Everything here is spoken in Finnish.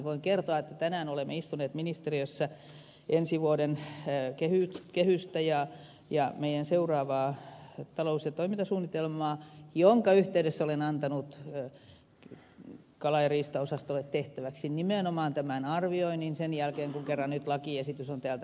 voin kertoa että tänään olemme istuneet ministeriössä laatimassa ensi vuoden kehystä ja meidän seuraavaa talous ja toimintasuunnitelmaamme jonka yhteydessä olen antanut kala ja riistaosastolle tehtäväksi nimenomaan tämän arvioinnin sen jälkeen kun kerran nyt lakiesitys on täältä valmistunut